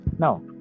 Now